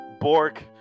Bork